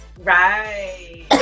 right